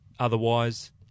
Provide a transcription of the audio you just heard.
Otherwise